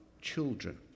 children